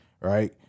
right